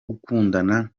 gukundana